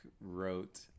wrote